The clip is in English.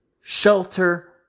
shelter